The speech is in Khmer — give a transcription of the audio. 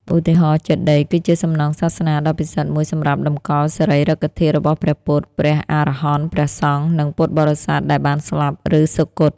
ឧទាហរណ៍ ចេតិយ គឺជាសំណង់សាសនាដ៏ពិសិដ្ឋមួយសម្រាប់តម្កល់សារីរិកធាតុរបស់ព្រះពុទ្ធ ព្រះអរហន្ត ព្រះសង្ឃ និងពុទ្ធបរិស័ទដែលបានស្លាប់ ឬសុគត។